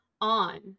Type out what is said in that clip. on